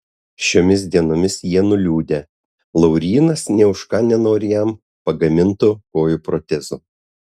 šiomis dienomis jie nuliūdę laurynas nė už ką nenori jam pagamintų kojų protezų